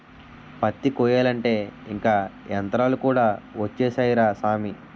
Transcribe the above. పత్తి కొయ్యాలంటే ఇంక యంతరాలు కూడా ఒచ్చేసాయ్ రా సామీ